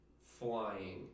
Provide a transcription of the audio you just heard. flying